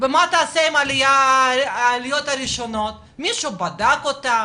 ומה תעשה עם העליות הראשונות, מישהו בדק אותם?